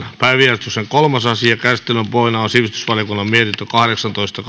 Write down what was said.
päiväjärjestyksen kolmas asia käsittelyn pohjana on sivistysvaliokunnan mietintö kahdeksantoista